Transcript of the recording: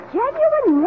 genuine